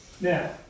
Now